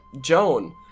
Joan